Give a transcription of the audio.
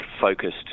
focused